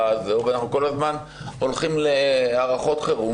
אנחנו כל הזמן הולכים להארכות חירום.